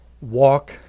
walk